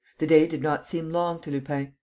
the day did not seem long to lupin.